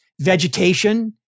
vegetation